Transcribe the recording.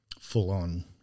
full-on